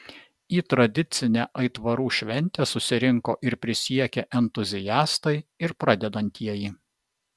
į tradicinę aitvarų šventę susirinko ir prisiekę entuziastai ir pradedantieji